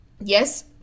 Yes